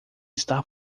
está